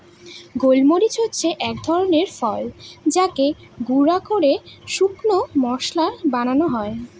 গোল মরিচ হচ্ছে এক ধরনের ফল যাকে গুঁড়া করে শুকনো মশলা বানানো হয়